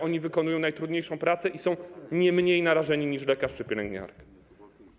Oni wykonują najtrudniejszą pracę i są nie mniej narażeni niż lekarz czy pielęgniarka.